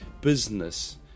business